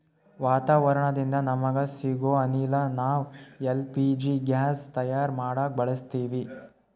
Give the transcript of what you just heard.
ವಾತಾವರಣದಿಂದ ನಮಗ ಸಿಗೊ ಅನಿಲ ನಾವ್ ಎಲ್ ಪಿ ಜಿ ಗ್ಯಾಸ್ ತಯಾರ್ ಮಾಡಕ್ ಬಳಸತ್ತೀವಿ